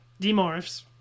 demorphs